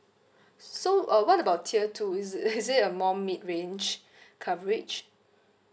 so uh what about tier two is it is it a more mid range coverage